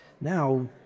Now